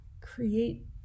create